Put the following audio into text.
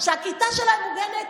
שהכיתה שלהם מוגנת,